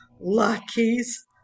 Lucky's